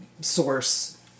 source